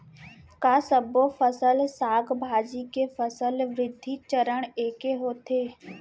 का सबो फसल, साग भाजी के फसल वृद्धि चरण ऐके होथे?